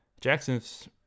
jackson's